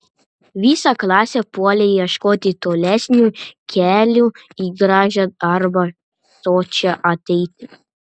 visa klasė puolė ieškoti tolesnių kelių į gražią arba sočią ateitį